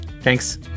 Thanks